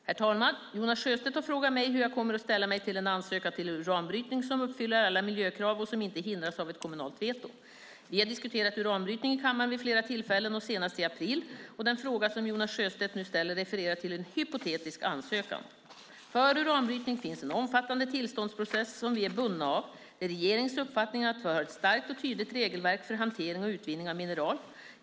Herr talman! Jonas Sjöstedt har frågat mig hur jag kommer att ställa mig till en ansökan om uranbrytning som uppfyller alla miljökrav och som inte hindras av ett kommunalt veto. Vi har diskuterat uranbrytning i kammaren vid flera tillfällen och senast i april. Den fråga som Jonas Sjöstedt nu ställer refererar till en hypotetisk ansökan. För uranbrytning finns en omfattande tillståndsprocess som vi är bundna av. Det är regeringens uppfattning att vi har ett starkt och tydligt regelverk för hantering och utvinning av mineral.